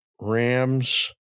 Rams